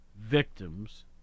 victims